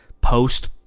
post